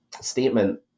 statement